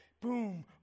Boom